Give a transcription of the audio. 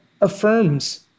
affirms